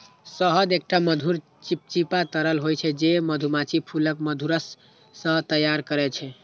शहद एकटा मधुर, चिपचिपा तरल होइ छै, जे मधुमाछी फूलक मधुरस सं तैयार करै छै